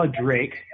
Drake